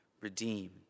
redeem